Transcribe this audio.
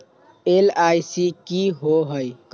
LIC की होअ हई?